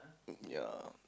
ya